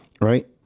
right